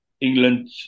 England